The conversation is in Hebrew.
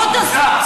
מוציא אתכם מדעתכם.